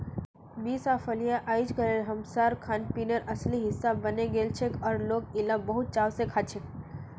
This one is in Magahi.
बींस या फलियां अइजकाल हमसार खानपीनेर असली हिस्सा बने गेलछेक और लोक इला बहुत चाव स खाछेक